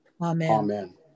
Amen